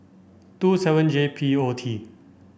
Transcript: two seven J P O T